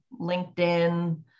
LinkedIn